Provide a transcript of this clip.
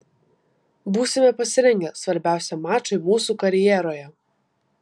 būsime pasirengę svarbiausiam mačui mūsų karjeroje